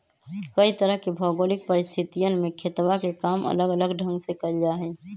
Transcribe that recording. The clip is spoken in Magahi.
कई तरह के भौगोलिक परिस्थितियन में खेतवा के काम अलग ढंग से कइल जाहई